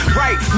right